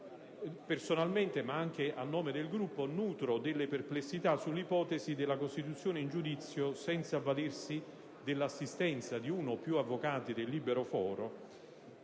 Personalmente, ma anche a nome del mio Gruppo, nutro delle perplessità sull'ipotesi della costituzione in giudizio senza avvalersi dell'assistenza di uno o più avvocati del libero foro.